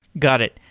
got it.